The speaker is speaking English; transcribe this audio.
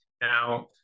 Now